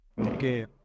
okay